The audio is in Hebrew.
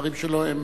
הדברים שלו הם